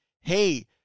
hey